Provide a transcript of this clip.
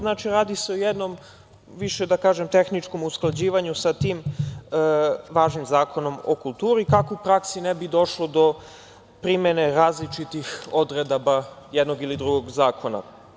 Znači, radi se o jednom, da kažem, tehničkom usklađivanju sa tim važnim Zakonom o kulturi, kako u praksi ne bi došlo do primene različitih odredaba jednog ili drugog zakona.